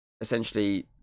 essentially